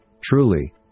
truly